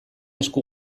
esku